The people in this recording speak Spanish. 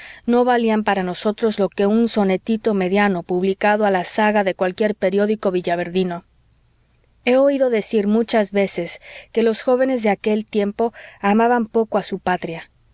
no valían para nosotros lo que un sonetito mediano publicado a la zaga de cualquier periódico villaverdino he oído decir muchas veces que los jóvenes de aquel tiempo amaban poco a su patria